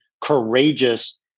courageous